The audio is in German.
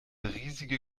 riesige